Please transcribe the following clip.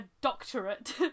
doctorate